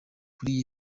kuri